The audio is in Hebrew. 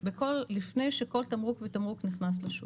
לפני שכל תמרוק ותמרוק נכנס לשוק.